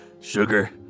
Sugar